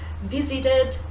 visited